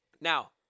Now